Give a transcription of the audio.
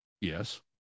Yes